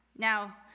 Now